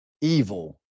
evil